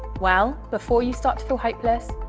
well, before you start to feel hopeless,